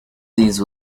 these